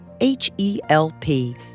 H-E-L-P